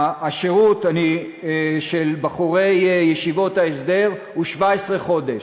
השירות של בחורי ישיבות ההסדר הוא 17 חודש,